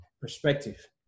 perspective